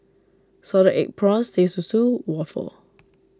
Salted Egg Prawns Teh Susu Waffle